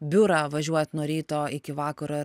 biurą važiuot nuo ryto iki vakaro